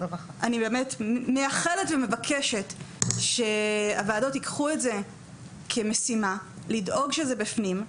אני באמת מייחלת ומבקשת שהוועדות ייקחו את זה כמשימה לדאוג שזה בפנים,